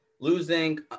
Losing